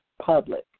public